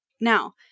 Now